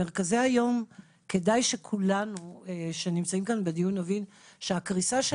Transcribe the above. מרכזי היום כדאי שכולנו שנמצאים כאן בדיון נבין שהקריסה של